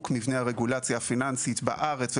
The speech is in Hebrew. מבנה הרגולציה הפיננסית בארץ ובעולם.